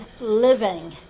living